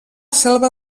selva